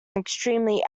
extremely